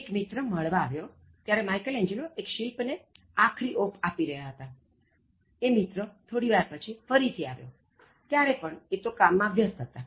એક મિત્ર મળવા આવ્યો ત્યારે માઇકલએંજલો એક શિલ્પ ને આખરી ઓપ આપી રહ્યા હતા એ મિત્ર થોડી વાર પછી ફરીથી આવ્યો ત્યારે પણ એ કામ માં વ્યસ્ત હતાં